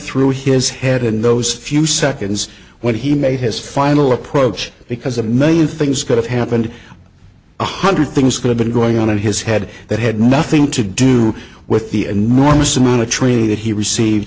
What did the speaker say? through his head in those few seconds when he made his final approach because a million things could have happened one hundred things could have been going on in his head that had nothing to do with the and more recently in a training that he received